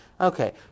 Okay